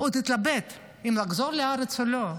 עוד התלבט אם לחזור לארץ או לא.